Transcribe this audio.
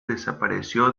desapareció